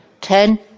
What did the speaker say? ten